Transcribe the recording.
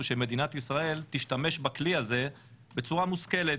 שמדינת ישראל תשתמש בכלי הזה בצורה מושכלת,